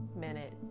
minute